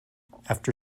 after